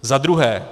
Za druhé.